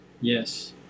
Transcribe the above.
Yes